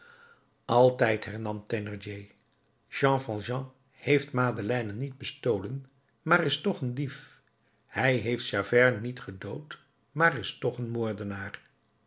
altijd hernam thénardier jean valjean heeft madeleine niet bestolen maar is toch een dief hij heeft javert niet gedood maar is toch een moordenaar